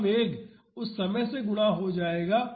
वह वेग उस समय से गुणा हो जाएगा